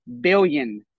billion